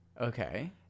okay